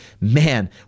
Man